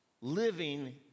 living